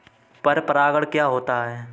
पर परागण क्या होता है?